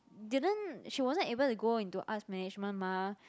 didn't she wasn't able to go into arts management mah